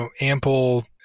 ample